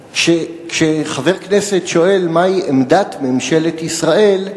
כשחבר כנסת שואל מהי עמדת ממשלת ישראל,